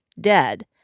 dead